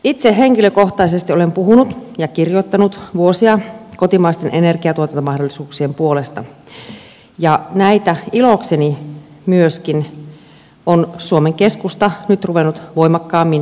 itse henkilökohtaisesti olen puhunut ja kirjoittanut vuosia kotimaisten energiantuotantomahdollisuuksien puolesta ja näitä ilokseni on myöskin suomen keskusta nyt ruvennut voimakkaammin ajamaan eteenpäin